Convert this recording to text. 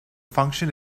function